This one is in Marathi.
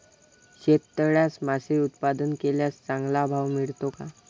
शेततळ्यात मासे उत्पादन केल्यास चांगला भाव मिळतो का?